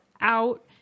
out